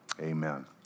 amen